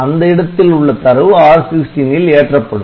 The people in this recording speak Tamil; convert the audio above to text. அந்த இடத்தில் உள்ள தரவு R16 ல் ஏற்றப்படும்